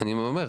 אני אומר,